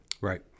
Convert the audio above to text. Right